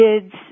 kids